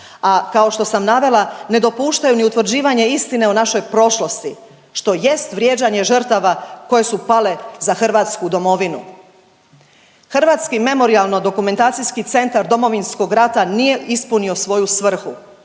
a kao to sam navela ne dopuštaju ni utvrđivanje istine o našoj prošlosti što jest vrijeđanje žrtava koje su pale za Hrvatsku domovinu. Hrvatski memorijalno dokumentacijski centar Domovinskog rata nije ispunio svoju svrhu.